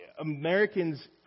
Americans